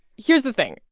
here's the thing.